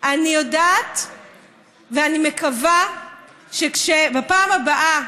אני יודעת ואני מקווה שכשבפעם הבאה